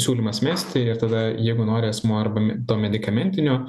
siūlymas mesti ir tada jeigu nori asmuo arba to medikamentinio